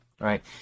Right